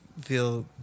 feel